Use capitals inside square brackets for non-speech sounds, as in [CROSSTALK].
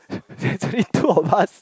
[LAUGHS] there is only two of us